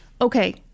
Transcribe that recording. Okay